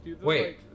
Wait